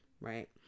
right